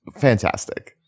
Fantastic